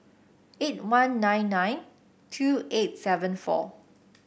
eight one nine nine two eight seven four